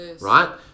Right